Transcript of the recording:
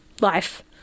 life